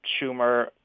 Schumer